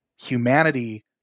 humanity